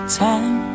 time